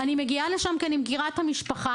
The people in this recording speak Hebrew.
אני מגיעה לשם כי אני מכירה את המשפחה,